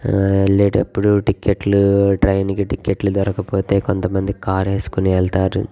వెళ్ళేటప్పుడు టికెట్లు ట్రైన్కి టికెట్లు దొరకకపోతే కొంతమంది కార్ వేసుకుని వెళ్తారు